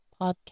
podcast